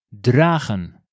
dragen